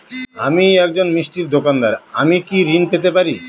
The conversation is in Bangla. আমি একজন মিষ্টির দোকাদার আমি কি ঋণ পেতে পারি?